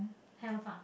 health ah